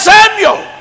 Samuel